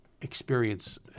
experience